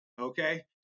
Okay